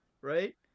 right